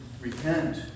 repent